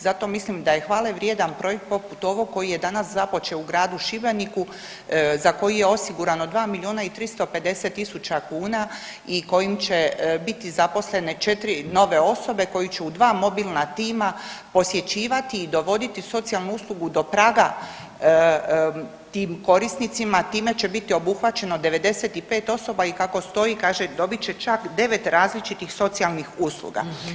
Zato mislim da je hvale vrijedan projekt poput ovog koji je danas započeo u gradu Šibeniku za koji je osigurano 2 milijuna i 350 tisuća kuna i kojim će biti zaposlene 4 nove osobe koje će u dva mobilna tima posjećivati i dovoditi socijalnu uslugu do praga tim korisnicima, time će biti obuhvaćeno 95 osoba i kako stoji kaže dobit će čak 9 različitih socijalnih usluga.